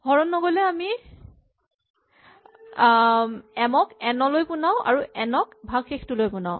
হৰণ নগ'লে আমি এম ক এন লৈ পোনাও আৰু এন ক ভাগশেষটোলৈ পোনাও